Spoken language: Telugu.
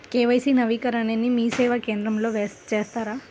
కే.వై.సి నవీకరణని మీసేవా కేంద్రం లో చేస్తారా?